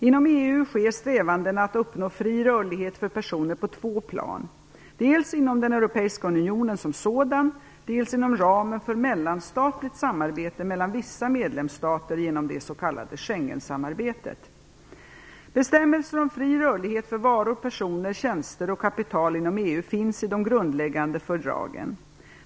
Inom EU sker strävandena att uppnå fri rörlighet för personer på två plan, dels inom den europeiska unionen som sådan, dels inom ramen för mellanstatligt samarbete mellan vissa medlemsstater genom det s.k. Bestämmelser om fri rörlighet för varor, personer, tjänster och kapital inom EU finns i de grundläggande fördragen.